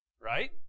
Right